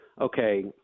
okay